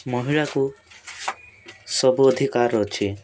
ମହିଳା କୁ ସବୁ ଅଧିକାର ଅଛି